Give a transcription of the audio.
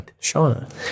Shauna